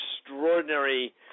extraordinary